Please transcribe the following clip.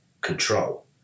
control